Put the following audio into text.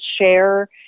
share